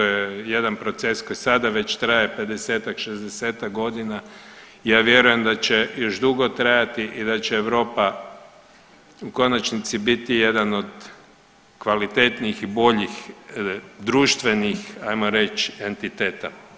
To je jedan proces koji sada već traje 50, 60 godina i ja vjerujem da će još dugo trajati i da će Europa u konačnici biti jedan od kvalitetnijih i boljih društvenih ajmo reći entiteta.